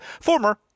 former